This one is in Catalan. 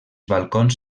balcons